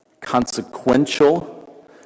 consequential